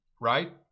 Right